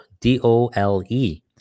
D-O-L-E